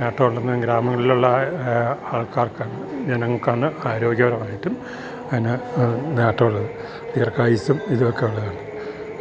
നേട്ടൊള്ളന്ന് ഗ്രാമങ്ങളിൽ ഉള്ള ആൾക്കാർക്കാണ് ജനങ്ങൾക്കാണ് ആരോഗ്യപരമായിട്ടും അതിന് നേട്ടൊള്ളത് ദീർഘായിസ്സും ഇതൊക്കെ ഉള്ളതാണ്